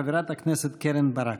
חברת הכנסת קרן ברק.